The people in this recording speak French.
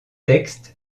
textes